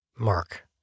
Mark